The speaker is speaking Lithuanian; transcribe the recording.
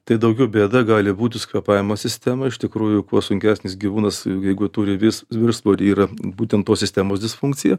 tai daugiau bėda gali būti su kvėpavimo sistema iš tikrųjų kuo sunkesnis gyvūnas jeigu turi vis viršsvorį yra būtent tos sistemos disfunkcija